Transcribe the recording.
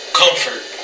comfort